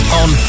on